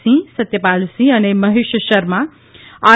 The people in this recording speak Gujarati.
સિંહ સત્યાપલસિંહ અને મહેશ શર્મા આર